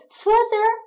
further